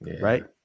Right